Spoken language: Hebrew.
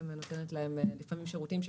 שנותנת להם לפעמים שירותים.